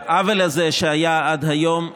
העוול הזה שהיה עד היום ייפסק.